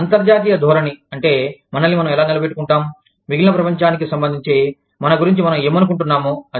అంతర్జాతీయ ధోరణి అంటే మనల్ని మనం ఎలా నిలబెట్టుకుంటాం మిగిలిన ప్రపంచానికి సంబంధించి మన గురించి మనం ఏమనుకుంటున్నామో అది